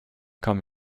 come